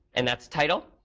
and that's title.